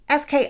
SK